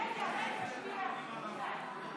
אתם